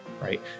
Right